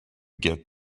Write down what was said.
get